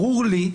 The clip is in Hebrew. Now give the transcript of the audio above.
ברור לי,